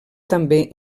també